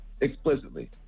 explicitly